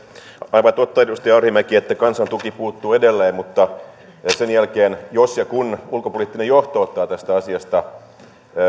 aivan totta edustaja arhinmäki että kansan tuki puuttuu edelleen mutta sen jälkeen jos ja kun ulkopoliittinen johto ottaa tästä asiasta